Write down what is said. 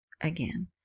again